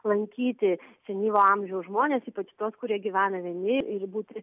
lankyti senyvo amžiaus žmonės ypač tuos kurie gyvena vieni ir būti